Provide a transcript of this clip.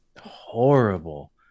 horrible